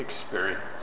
experience